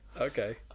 Okay